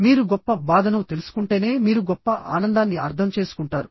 మీరు గొప్ప బాధను తెలుసుకుంటేనే మీరు గొప్ప ఆనందాన్ని అర్థం చేసుకుంటారు